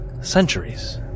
centuries